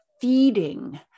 feeding